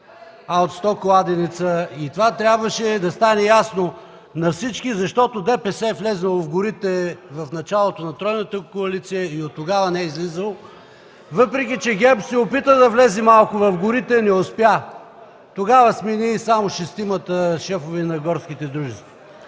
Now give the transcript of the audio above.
а от сто. Това трябваше да стане ясно на всички, защото ДПС е влязло в горите в началото на тройната коалиция и оттогава не е излизало. (Шум и реплики.) Въпреки че ГЕРБ се опита да влезе малко в горите – не успя. Тогава смени само шестимата шефове на горските дружества.